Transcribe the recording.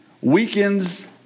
weakens